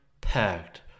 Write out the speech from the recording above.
packed